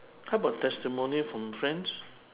how about testimonial from friends